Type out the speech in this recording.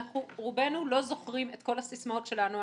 רובנו לא זוכרים את כל הסיסמאות שלנו.